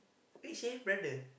brother